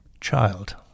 child